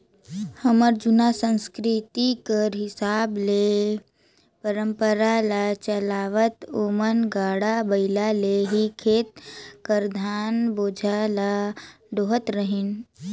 हमर जुनहा संसकिरती कर हिसाब ले परंपरा ल चलावत ओमन गाड़ा बइला ले ही खेत कर धान बोझा ल डोहत रहिन